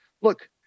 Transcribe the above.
Look